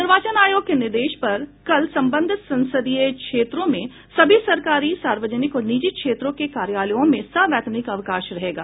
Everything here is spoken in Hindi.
निर्वाचन आयोग के निर्देश पर कल संबंधित संसदीय क्षेत्रों में सभी सरकारी सार्वजनिक और निजी क्षेत्रों के कार्यालयों में सवैतनिक अवकाश रहेगा